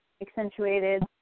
accentuated